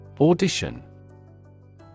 Audition